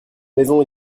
maison